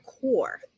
core